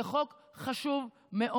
זה חוק חשוב מאוד.